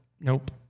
Nope